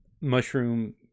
mushroom